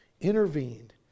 intervened